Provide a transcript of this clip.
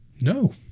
No